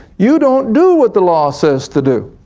you don't do what the law says to do.